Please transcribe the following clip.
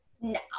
No